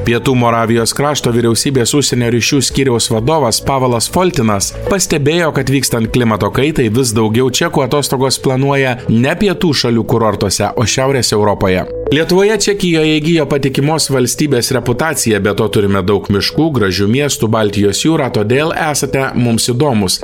pietų moravijos krašto vyriausybės užsienio ryšių skyriaus vadovas pavelas foltinas pastebėjo kad vykstant klimato kaitai vis daugiau čekų atostogos planuoja ne pietų šalių kurortuose o šiaurės europoje lietuvoje čekija įgijo patikimos valstybės reputaciją be to turime daug miškų gražiu miestų baltijos jūrą todėl esate mums įdomūs